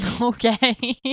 Okay